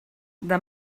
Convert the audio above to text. del